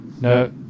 No